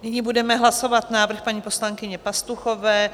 Nyní budeme hlasovat návrh paní poslankyně Pastuchové.